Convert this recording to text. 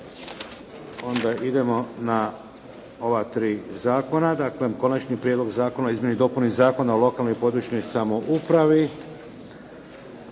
Onda idemo na ova tri zakona. - Konačni prijedlog Zakona o izmjenama i dopunama Zakona o lokalnoj i područnoj